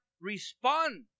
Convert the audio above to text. respond